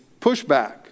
pushback